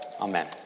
amen